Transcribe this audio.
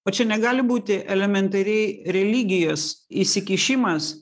o čia negali būti elementariai religijos įsikišimas